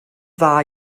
dda